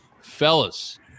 Fellas